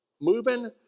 Moving